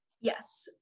Yes